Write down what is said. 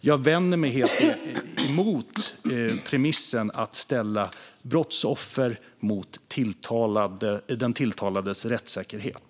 Jag vänder mig helt emot premissen att ställa brottsoffret mot den tilltalades rättssäkerhet.